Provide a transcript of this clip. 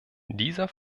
dieser